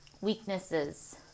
weaknesses